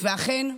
ואכן,